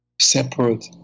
separate